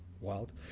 wild